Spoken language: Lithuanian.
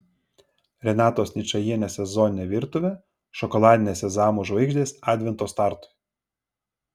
renatos ničajienės sezoninė virtuvė šokoladinės sezamų žvaigždės advento startui